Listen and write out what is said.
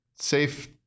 safe